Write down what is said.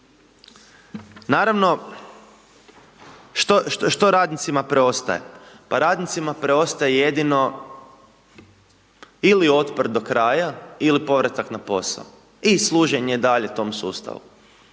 naravno, što radnicima preostaje, radnicima preostaje jedino ili otpro do kraja ili povratak na posao i služenje dalje tom su stavu.